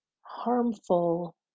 harmful